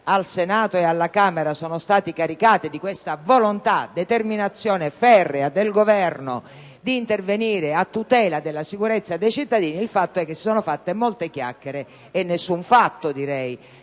al Senato e alla Camera sono stati caricati della dichiarata volontà e ferrea determinazione del Governo di intervenire a tutela della sicurezza dei cittadini. Il fatto è che si sono fatte molte chiacchiere e nessun fatto.